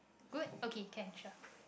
good okay can sure